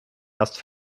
erst